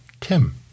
Tim